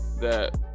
that-